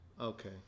Okay